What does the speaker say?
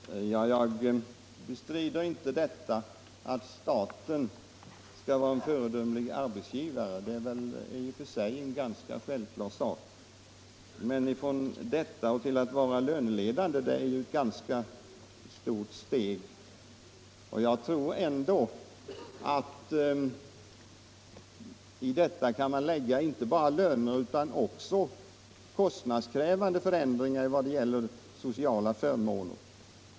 Fru talman! Jag bestrider inte att staten skall vara en föredömlig arbetsgivare. Det är väl i och för sig något av en självklarhet. Men ifrån detta till att staten skall vara löneledande är det ett ganska långt steg. Det är dock inte bara fråga om löner utan också om kostnadskrävande förbättringar av sociala förmåner.